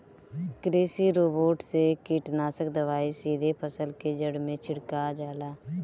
कृषि रोबोट से कीटनाशक दवाई सीधे फसल के जड़ में छिड़का जाला